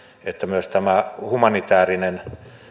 että myös humanitäärinen